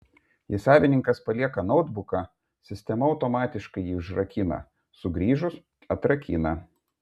jei savininkas palieka noutbuką sistema automatikai jį užrakina sugrįžus atrakina